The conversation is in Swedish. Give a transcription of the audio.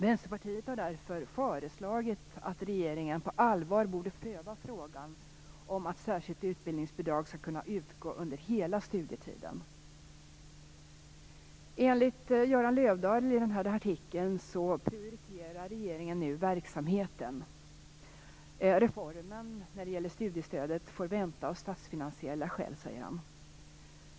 Vänsterpartiet har därför föreslagit att regeringen på allvar borde pröva frågan om att särskilt utbildningsbidrag skall kunna utgå under hela studietiden. Enligt Göran Löfdahl i artikeln prioriterar regeringen nu verksamheten. Reformeringen av studiestödet får vänta av statsfinansiella skäl, säger han.